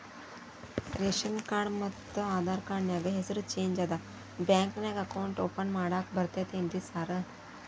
Ration card ಮತ್ತ Aadhaar card ನ್ಯಾಗ ಹೆಸರು ಚೇಂಜ್ ಅದಾ ಬ್ಯಾಂಕಿನ್ಯಾಗ ಅಕೌಂಟ್ ಓಪನ್ ಮಾಡಾಕ ಬರ್ತಾದೇನ್ರಿ ಸಾರ್?